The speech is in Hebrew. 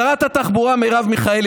שרת התחבורה מרב מיכאלי,